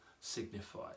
signified